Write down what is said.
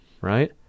right